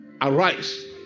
arise